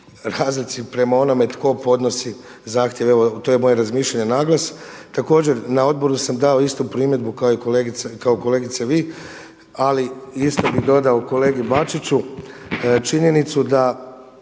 razlici prema onome tko podnosi zahtjeve, evo to je moje razmišljanje na glas. Također na odboru sam dao istu primjedbu kao i kolegice vi, ali isto bih dodao kolegi Bačiću. Činjenicu da